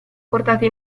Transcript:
portati